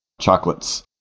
chocolates